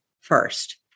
first